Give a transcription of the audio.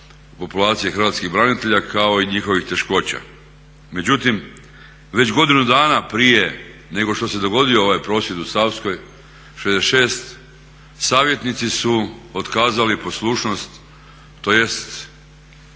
populacije hrvatskih branitelja kao i njihovih teškoća. Međutim, već godinu dana prije nego što se dogodio ovaj prosvjed u Savskoj 66 savjetnici su otkazali poslušnost tj.